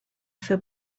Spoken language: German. für